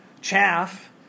Chaff